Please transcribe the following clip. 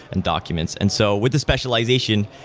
and documents. and so with this specialization,